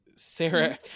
Sarah